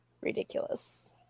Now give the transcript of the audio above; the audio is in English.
ridiculous